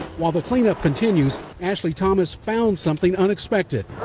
while the cleanup continues, ashley thomas found something unexpected.